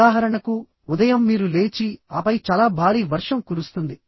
ఉదాహరణకు ఉదయం మీరు లేచి ఆపై చాలా భారీ వర్షం కురుస్తుంది